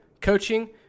coaching